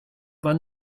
war